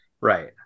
Right